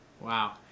Wow